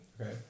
Okay